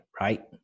Right